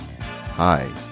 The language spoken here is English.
hi